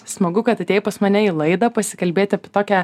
smagu kad atėjai pas mane į laidą pasikalbėt apie tokią